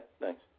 thanks